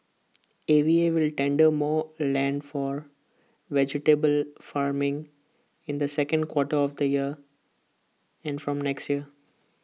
A V A will tender more land for vegetable farming in the second quarter of this year and from next year